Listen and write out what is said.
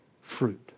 fruit